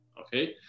Okay